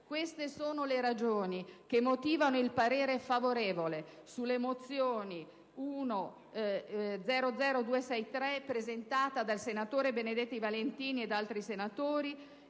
Queste sono le ragioni che motivano il parere favorevole sulle mozioni n. 263, presentata dal senatore Benedetti Valentini e da altri senatori,